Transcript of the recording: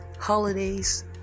holidays